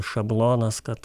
šablonas kad